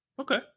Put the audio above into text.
Okay